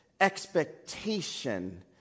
expectation